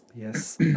Yes